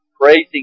praising